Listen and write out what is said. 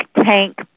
tank